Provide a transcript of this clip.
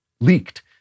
leaked